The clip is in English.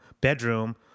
bedroom